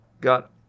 got